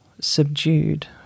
subdued